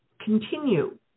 continue